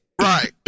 Right